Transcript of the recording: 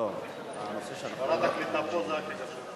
האחריות עכשיו היא על הקליטה.